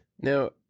Now